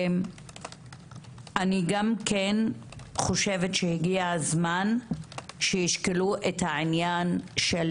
אני גם כן חושבת שהגיע הזמן שישקלו את העניין של